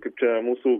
kaip čia mūsų